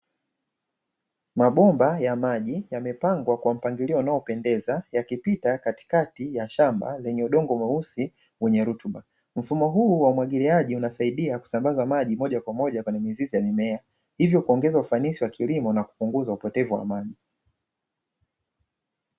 Mabomba ya maji yamepangwa kwa mpangilio unaopendeza yakipita katikati ya shamba lenye udongo mweusi wenye rutuba. Mfumo huu wa umwagiliaji unasaidia kusambaza maji moja kwa moja kwenye mizizi ya mimea, hivyo kuongeza ufanisi wa kilimo na kupunguza upotevu wa maji.